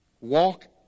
walk